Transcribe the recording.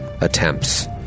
attempts